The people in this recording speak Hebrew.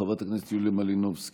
חברת הכנסת יוליה מלינובסקי,